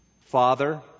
Father